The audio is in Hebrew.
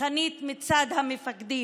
רצחנית מצד המפקדים.